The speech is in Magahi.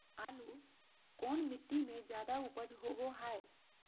आलू कौन मिट्टी में जादा ऊपज होबो हाय?